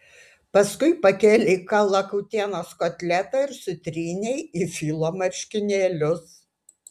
paskui pakėlei kalakutienos kotletą ir sutrynei į filo marškinėlius